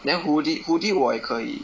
then hoodie hoodie 我也可以